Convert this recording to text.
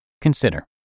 Consider